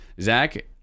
zach